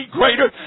greater